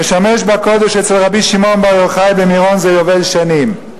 משמש בקודש אצל רבי שמעון בר יוחאי במירון זה יובל שנים.